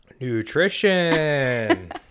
nutrition